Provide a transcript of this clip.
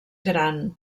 gran